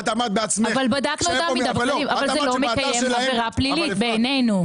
בדקנו את זה ובעינינו לא מתקיימת עבירה פלילית.